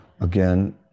again